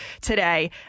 today